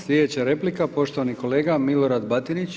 Slijedeća replika, poštovani kolega Milorad Batinić.